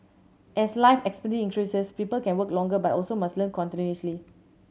as life expectancy increases people can work longer but must also learn continuously